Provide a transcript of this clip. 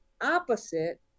opposite